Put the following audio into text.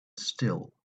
still